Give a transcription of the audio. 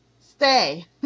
Stay